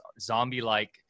zombie-like